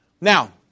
now